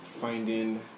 finding